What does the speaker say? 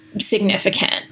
significant